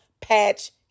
patch